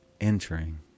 Entering